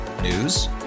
News